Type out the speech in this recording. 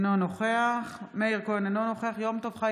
אינו נוכח מאיר כהן, אינו נוכח